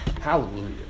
Hallelujah